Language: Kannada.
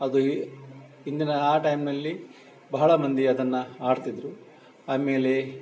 ಅದು ಹಿಂದಿನ ಆ ಟೈಮ್ನಲ್ಲಿ ಬಹಳ ಮಂದಿ ಅದನ್ನು ಆಡ್ತಿದ್ರು ಆಮೇಲೆ